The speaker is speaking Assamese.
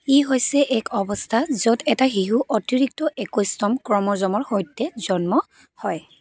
ই হৈছে এক অৱস্থা য'ত এটা শিশু অতিৰিক্ত একৈছতম ক্ৰম'জমৰ সৈতে জন্ম হয়